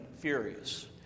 Furious